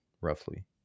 roughly